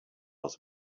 was